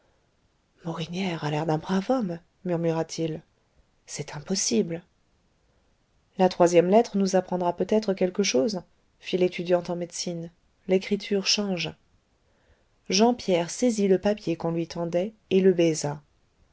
morinière a l'air d'un brave homme murmura-t-il c'est impossible la troisième lettre nous apprendra peut-être quelque chose fit l'étudiant en médecine l'écriture change jean pierre saisit le papier qu'on lui tendait et le baisa